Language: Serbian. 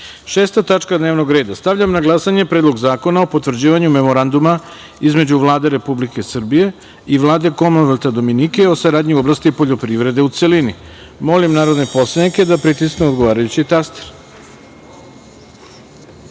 tačka dnevnog reda. Stavljam na glasanje Predlog zakona o potvrđivanju Memoranduma između Vlade Republike Srbije i Vlade Komonvelta Dominike o saradnji u oblasti poljoprivrede, u celini. Molim narodne poslanike da pritisnu odgovarajući